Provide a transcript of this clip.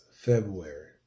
February